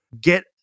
Get